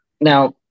Now